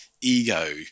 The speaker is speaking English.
ego